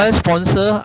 sponsor